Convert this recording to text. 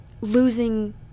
losing